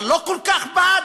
אבל לא כל כך bad,